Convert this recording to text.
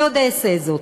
אני עוד אעשה זאת,